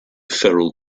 feral